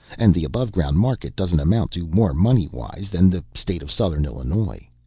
and the aboveground market doesn't amount to more moneywise than the state of southern illinois.